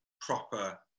proper